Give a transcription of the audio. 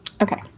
Okay